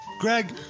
Greg